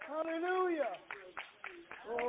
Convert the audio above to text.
Hallelujah